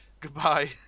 Goodbye